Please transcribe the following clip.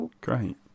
great